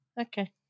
Okay